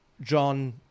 John